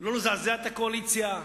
לא לזעזע את הקואליציה,